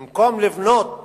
במקום לבנות